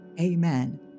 Amen